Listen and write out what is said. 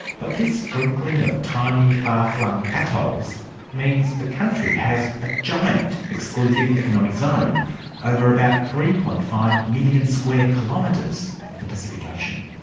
but this sprinkling of tiny far-flung atolls means the country has a giant exclusive economic zone over about three. five million square kilometres of the pacific ocean.